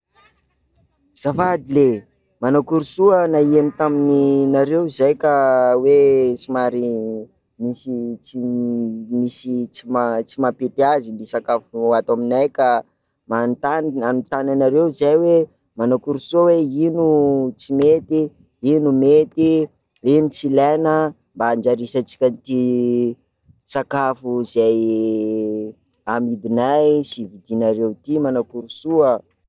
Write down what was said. Zafady ley, manakory soa, naheno tamin'ny- taminareo zahay ka hoe somary, nisy ts- nisy tsy- tsy ma- mapety azy ny sakafo ato aminay ka manontany- anontany anareo zay hoe manakory soa hoe ino tsy mety, ino mety, ino tsy ilaina mba andrarisantsika ty sakafo izay amidinay sy vidinareo ty, manakory soa.